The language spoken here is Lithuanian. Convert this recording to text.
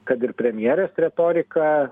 kad ir premjerės retoriką